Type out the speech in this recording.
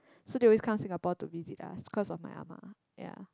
so they always come Singapore to visit us cause of my ah ma ya